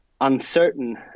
uncertain